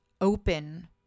open